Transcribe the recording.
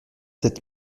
sept